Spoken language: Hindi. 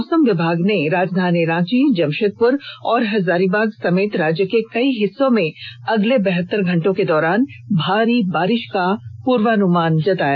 मौसम विभाग ने राजधानी रांची जमशेदपुर और हजारीबाग समेत राज्य के कई हिस्सों में अगले बहतर घंटे के दौरान भारी बारिश का पूर्वानुमान लगाया